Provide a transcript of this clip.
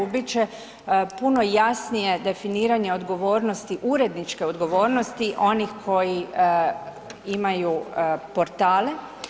Biti će puno jasnije definiranje odgovornosti, uredničke odgovornosti onih koji imaju portale.